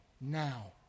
now